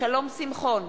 שלום שמחון,